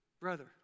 brother